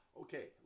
okay